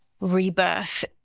rebirth